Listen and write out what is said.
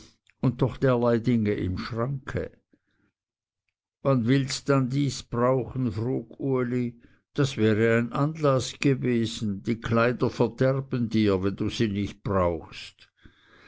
und doch derlei dinge im schranke wann willst dann dies brauchen frug uli das wäre ein anlaß gewesen die kleider verderben dir wenn du sie nicht brauchst